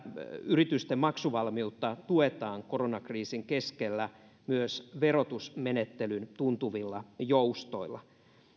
yritysten maksuvalmiutta tuetaan koronakriisin keskellä myös verotusmenettelyn tuntuvilla joustoilla